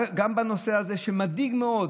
הנושא הזה מדאיג מאוד